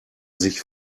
sich